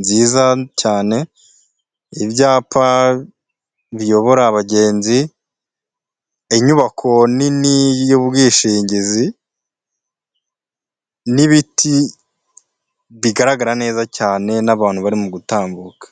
nziza cyane, ibyapa biyobora abagenzi, inyubako nini y'ubwishingizi n'ibiti bigaragara neza cyane n'abantu barimo gutambuka.